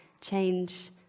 change